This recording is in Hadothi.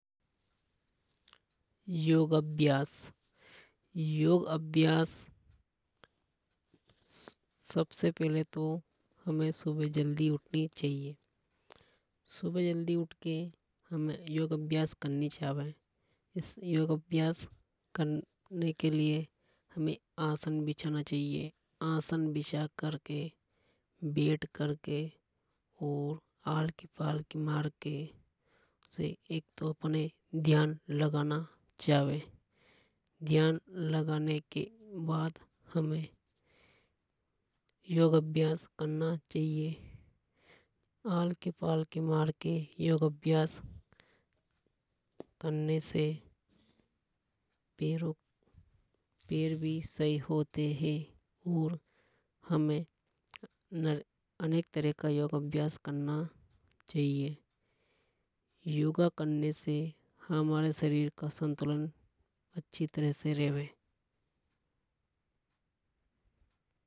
योग अभ्यास योग अभ्यास सबसे पहले तो हमें सुबह जल्दी उठनी चाहिए। सुबह जल्दी उठके हमें योग अभ्यास करनी चावे। योग अभ्यास करने के लिए हमें आसन बिछाना चाहिए आसन बिछा कर बैठ कर के और आलकी पालकी मारनी चाहिए। उसे एक तो अपने ध्यान लगाना चाहिए ध्यान लगाने के बाद हमें योग अभ्यास करना चाहिए। आलिका पालकी मारके योग अभ्यास करने से पैर भी सही होते है। और हमें अनेक तरह का योग अभ्यास करना चाहिए। योगा करने से हमारे शरीर का संतुलन अच्छी तरह से रेवे।